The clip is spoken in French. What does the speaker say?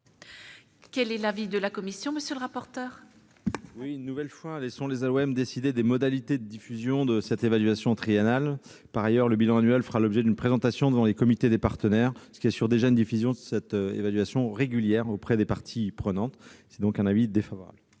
Quel est l'avis de la commission ? Une nouvelle fois, laissons les AOM décider des modalités de diffusion de cette évaluation triennale. Par ailleurs, le bilan annuel fera l'objet d'une présentation devant les comités des partenaires, ce qui assure déjà une diffusion régulière de l'évaluation auprès des parties prenantes. L'avis est donc défavorable.